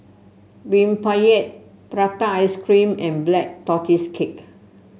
rempeyek Prata Ice Cream and Black Tortoise Cake